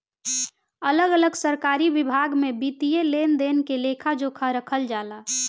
अलग अलग सरकारी विभाग में वित्तीय लेन देन के लेखा जोखा रखल जाला